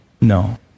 No